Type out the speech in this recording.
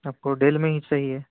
آپ کو ڈیل میں ہی چاہیے